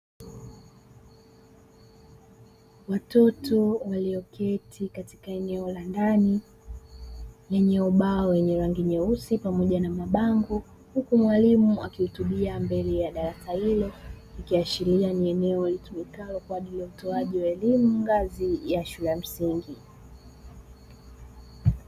Watoto walioketi katika eneo la ndani lenye ubao wenye rangi nyeusi pamoja na mabango, huku mwalimu akihutubia mbele ya darasa hilo, ikiashiria ni eneo litumikalo kwaajili ya utoaji wa elimu ngazi ya shule ya msingi.